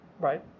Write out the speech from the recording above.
right